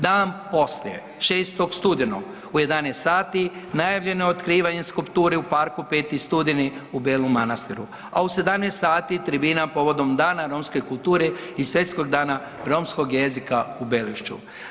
Dan poslije, 6. studenog u 11 sati najavljeno je otkrivanje skulpture u parku 5. studeni u Belom Manastiru, a u 17 sati tribina povodom Dana romske kulture i Svjetskog dana romskog jezika u Belišću.